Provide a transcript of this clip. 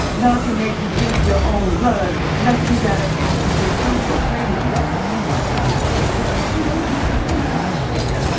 love can make you drink your own blood. less'n you got a catches bit don't go playing with love, love, love, blood, blood, silon, silon, ma chere,